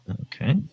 okay